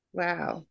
wow